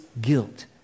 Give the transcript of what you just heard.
guilt